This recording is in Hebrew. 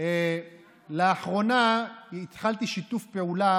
איזה חוגים, לאן אתה שולח את הילדים.